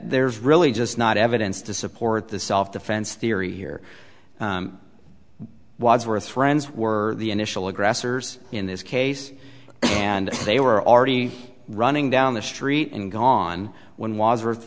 there's really just not evidence to support the self defense theory here wadsworth friends were the initial aggressors in this case and they were already running down the street and gone when was w